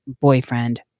boyfriend